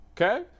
Okay